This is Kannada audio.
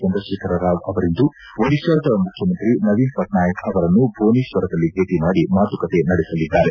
ಚಂದ್ರಕೇಖರ್ ರಾವ್ ಅವರಿಂದು ಒಡಿತಾದ ಮುಖ್ಯಮಂತ್ರಿ ನವೀನ್ ಪಟ್ನಾಯಕ್ ಅವರನ್ನು ಭುವನೇಶ್ವರದಲ್ಲಿ ಭೇಟ ಮಾಡಿ ಮಾತುಕತೆ ನಡೆಸಲಿದ್ದಾರೆ